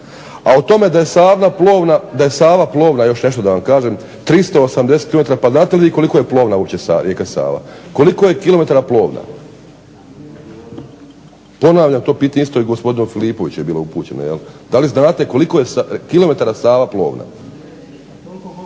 A o tome da je Sava plovna 380 km, pa znate li vi koliko je uopće plovna rijeka Sava? Koliko je km plovna? Ponavljam to pitanje i gospodinu Filipoviću je bilo upućeno, da li znate koliko je kilometara Sava plovna?